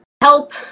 help